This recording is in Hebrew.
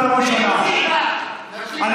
מרמה והפרת אמונים זה,